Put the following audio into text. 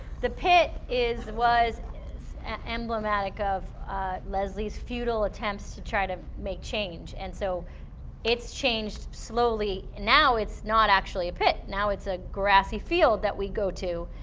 the pit is was and emblematic of leslie's futile attempts to try to make change, and so it's changed slowly. now, it's not actually a pit, now it's a grassy field that we go to.